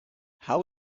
how